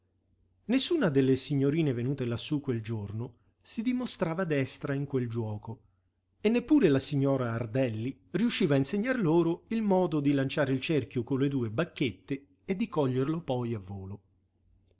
nessuna delle signorine venute lassù quel giorno si dimostrava destra in quel giuoco e neppure la signora ardelli riusciva a insegnar loro il modo di lanciare il cerchio con le due bacchette e di coglierlo poi a volo